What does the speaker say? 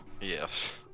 Yes